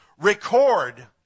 record